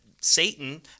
Satan